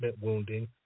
wounding